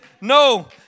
No